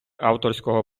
авторського